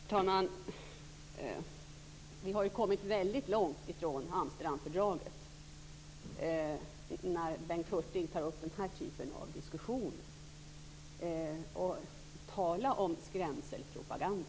Fru talman! Vi har kommit väldigt långt från Amsterdamfördraget när Bengt Hurtig tar upp den här typen av diskussioner. Tala om skrämselpropaganda!